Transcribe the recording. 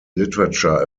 literature